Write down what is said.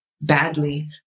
badly